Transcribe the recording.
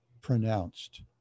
pronounced